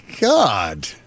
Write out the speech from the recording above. god